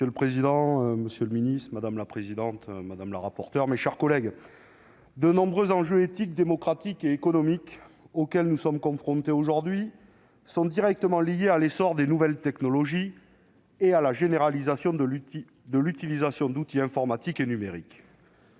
Monsieur le président, monsieur le secrétaire d'État, mes chers collègues, de nombreux enjeux éthiques, démocratiques et économiques auxquels nous sommes confrontés aujourd'hui sont directement liés à l'essor des nouvelles technologies et à la généralisation de l'utilisation d'outils informatiques et numériques.